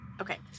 Okay